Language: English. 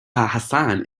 hasan